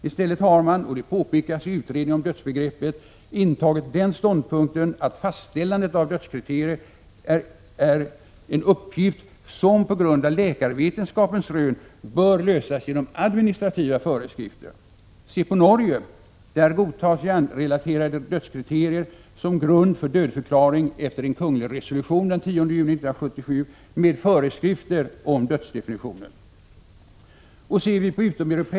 I stället har man, och det påpekas i utredningen om dödsbegreppet, intagit den ståndpunkten att fastställandet av dödskriterier är en uppgift som på grund av läkarvetenskapens rön bör lösas genom administrativa föreskrifter. Se på Norge! Där godtas hjärnrelaterade dödskriterier som grund för dödförklaring efter en kunglig resolution den 10 juni 1977 med föreskrifter om dödsdefinitionen.